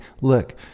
look